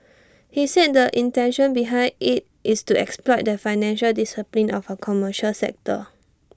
he said the intention behind IT is to exploit that financial discipline of A commercial sector